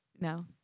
No